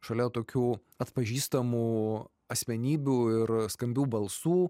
šalia tokių atpažįstamų asmenybių ir skambių balsų